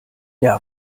der